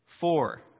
Four